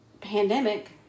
pandemic